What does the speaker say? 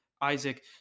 Isaac